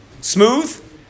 smooth